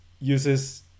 uses